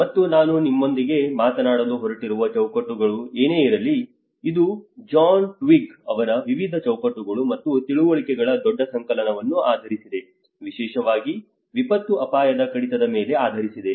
ಮತ್ತು ನಾನು ನಿಮ್ಮೊಂದಿಗೆ ಮಾತನಾಡಲು ಹೊರಟಿರುವ ಚೌಕಟ್ಟುಗಳು ಏನೇ ಇರಲಿ ಇದು ಜಾನ್ ಟ್ವಿಗ್ ಅವರ ವಿವಿಧ ಚೌಕಟ್ಟುಗಳು ಮತ್ತು ತಿಳುವಳಿಕೆಗಳ ದೊಡ್ಡ ಸಂಕಲನವನ್ನು ಆಧರಿಸಿದೆ ವಿಶೇಷವಾಗಿ ವಿಪತ್ತು ಅಪಾಯದ ಕಡಿತದ ಮೇಲೆ ಆಧರಿಸಿದೆ